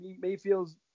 Mayfield's